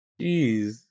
Jeez